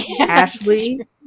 Ashley